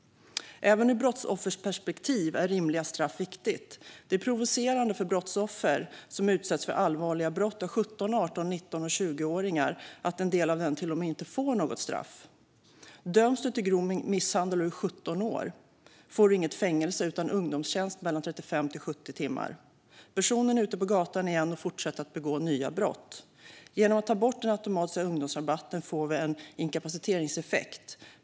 Även ur brottsofferperspektiv är rimliga straff viktigt. Det är provocerande för brottsoffer som utsätts för allvarliga brott av 17-20-åringar att en del av dessa inte får något straff. Döms man till grov misshandel och är 17 år får man inte fängelse utan ungdomstjänst i 35-70 timmar. Personen är ute på gatan igen och fortsätter att begå nya brott. Genom att ta bort den automatiska ungdomsrabatten får vi en inkapaciteringseffekt.